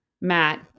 Matt